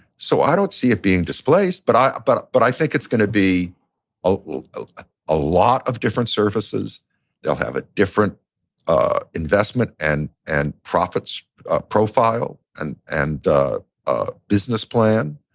so i don't see it being displaced, but i but but i think it's gonna be ah a lot of different surfaces they'll have a different ah investment and and profits profile, and and ah business plan.